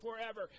forever